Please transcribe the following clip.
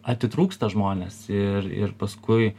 atitrūksta žmonės ir ir paskui